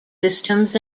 systems